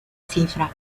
cifra